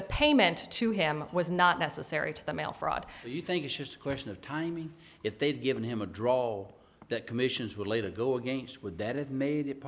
the payment to him was not necessary to the mail fraud you think it's just a question of timing if they'd given him a droll that commissions would later go against would that it made